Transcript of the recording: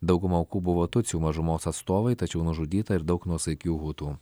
dauguma aukų buvo tutsių mažumos atstovai tačiau nužudyta ir daug nuosaikių hutų